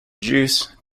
juice